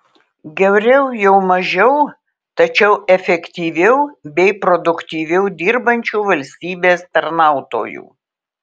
geriau jau mažiau tačiau efektyviau bei produktyviau dirbančių valstybės tarnautojų